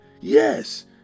Yes